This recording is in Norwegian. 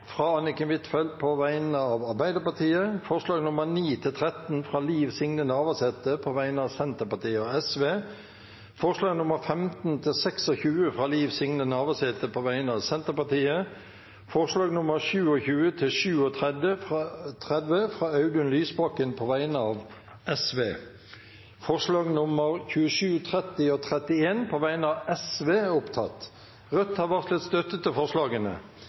fra Anniken Huitfeldt på vegne av Arbeiderpartiet og Sosialistisk Venstreparti forslag nr. 14, fra Anniken Huitfeldt på vegne av Arbeiderpartiet forslagene nr. 9–13, fra Liv Signe Navarsete på vegne av Senterpartiet og Sosialistisk Venstreparti forslagene nr. 15–26, fra Liv Signe Navarsete på vegne av Senterpartiet forslagene nr. 27–37, fra Audun Lysbakken på vegne av Sosialistisk Venstreparti Det voteres over forslagene nr. 27, 30 og